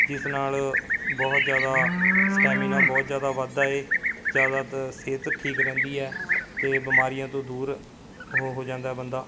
ਜਿਸ ਨਾਲ਼ ਬਹੁਤ ਜ਼ਿਆਦਾ ਸਟੈਮਿਨਾ ਬਹੁਤ ਜ਼ਿਆਦਾ ਵੱਧਦਾ ਹੈ ਜ਼ਿਆਦਾਤਰ ਸਿਹਤ ਠੀਕ ਰਹਿੰਦੀ ਹੈ ਅਤੇ ਬਿਮਾਰੀਆਂ ਤੋਂ ਦੂਰ ਹੋ ਹੋ ਜਾਂਦਾ ਬੰਦਾ